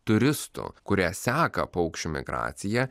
turistų kurie seka paukščių migraciją